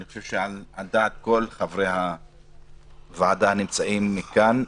ואני חושב שזה על דעת כל חברי הוועדה הנמצאים כאן,